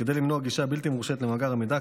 כדי למנוע גישה בלתי מורשית למאגר המידע,